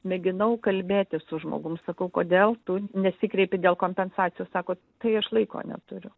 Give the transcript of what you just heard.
mėginau kalbėtis su žmogum sakau kodėl tu nesikreipi dėl kompensacijų sako tai aš laiko neturiu